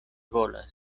volas